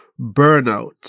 burnout